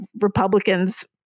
Republicans